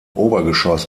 obergeschoss